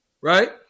Right